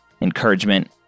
encouragement